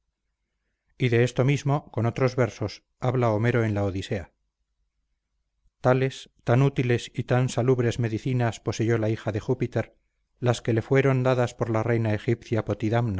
y de esto mismo con otros versos habla homero en la odisea tales tan útiles y tan salubres medicinas poseyó la hija de júpiter las que le fueron dadas por la reina egipcia